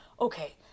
okay